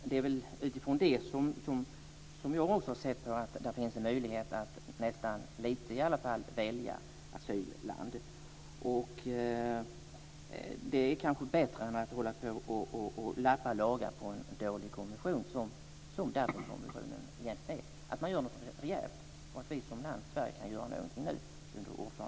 Det är utifrån det som jag också har sett att det finns en möjlighet att kanske välja asylland. Det är kanske bättre än att hålla på att lappa och laga en dålig konvention, som ju Dublinkonventionen egentligen är. Det är bättre att man gör någonting rejält. Sverige kan kanske göra någonting nu under ordförandeperioden.